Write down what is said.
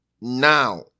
Now